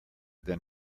than